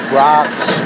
rocks